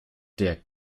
der